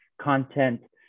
content